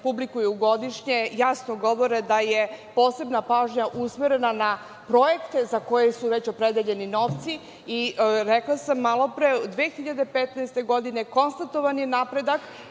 publikuju godišnje, jasno govore da je posebna pažnja usmerena na projekte za koje su već opredeljeni novci, i rekla sam malopre, 2015. godine konstatovan je napredak,